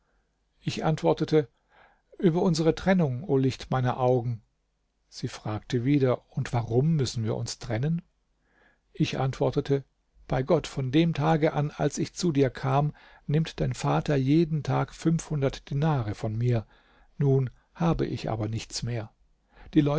ich antwortete über unsere trennung o licht meiner augen sie fragte wieder und warum müssen wir uns trennen ich antwortete bei gott von dem tage an als ich zu dir kam nimmt dein vater jeden tag fünfhundert dinare von mir nun habe ich aber nichts mehr die